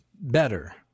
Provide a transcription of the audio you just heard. better